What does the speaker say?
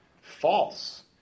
false